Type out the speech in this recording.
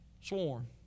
swarm